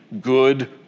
good